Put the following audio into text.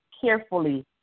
Carefully